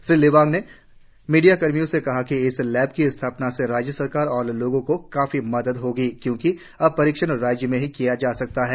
श्री लिबांग ने मीडियाकर्मी से कहा कि इस लैब की स्थापना से राज्य सरकार और लोगों को काफी मदद होगी क्योंकि अब परीक्षण राज्य में ही किया जा सकता है